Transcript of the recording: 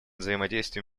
взаимодействие